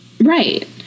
Right